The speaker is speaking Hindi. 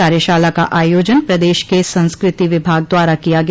कार्यशाला का आयोजन प्रदेश के संस्कृति विभाग द्वारा किया गया